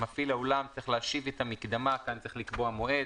מפעיל האולם צריך להשיב את המקדמה כאן צריך לקבוע מועד,